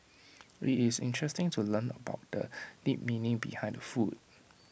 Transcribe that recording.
IT is interesting to learn about the deeper meaning behind the food